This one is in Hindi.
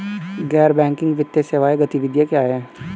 गैर बैंकिंग वित्तीय सेवा गतिविधियाँ क्या हैं?